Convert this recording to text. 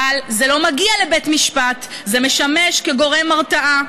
אבל זה לא מגיע לבית משפט, זה משמש כגורם הרתעה,